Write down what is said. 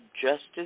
justice